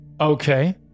Okay